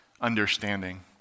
understanding